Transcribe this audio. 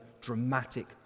dramatic